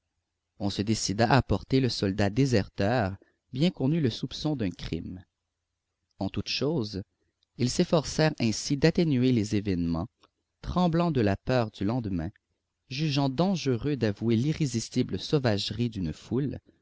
on se décida à porter le soldat déserteur bien qu'on eût le soupçon d'un crime en toutes choses ils s'efforcèrent ainsi d'atténuer les événements tremblant de la peur du lendemain jugeant dangereux d'avouer l'irrésistible sauvagerie d'une foule